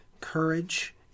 courage